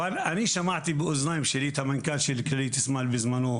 אבל אני שמעתי באוזניים שלי את המנכ"ל של כללית סמייל בזמנו,